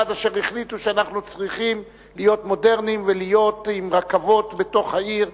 עד אשר החליטו שאנחנו צריכים להיות מודרנים ולהיות עם רכבות בתוך העיר,